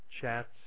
chats